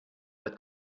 that